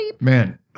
man